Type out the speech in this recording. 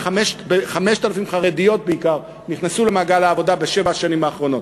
ו-5,000 חרדיות בעיקר נכנסו למעגל העבודה בשבע השנים האחרונות.